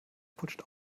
putscht